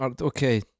Okay